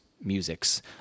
musics